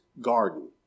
garden